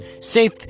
safe